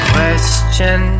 Question